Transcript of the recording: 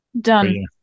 Done